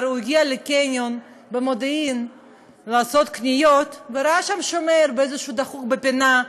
הוא הגיע לקניון במודיעין לעשות קניות וראה שם שומר בפינה,